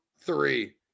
three